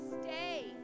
stay